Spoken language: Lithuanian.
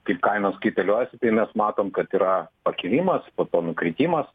kaip kainos kaitaliojasi tai mes matom kad yra pakilimas po to nukritimas